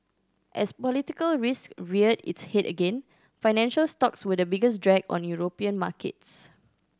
as political risk reared its head again financial stocks were the biggest drag on European markets